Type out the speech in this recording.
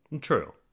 true